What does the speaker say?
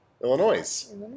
Illinois